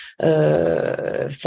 faire